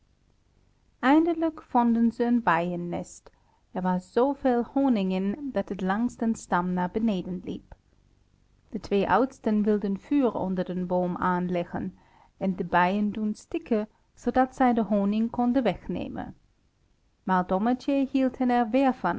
eindelijk vonden zij een bijennest er was zooveel honing in dat het langs den stam naar beneden liep de twee oudsten wilden vuur onder den boom aanleggen en de bijen doen stikken zoodat zij de honing konden wegnemen maar dommertje hield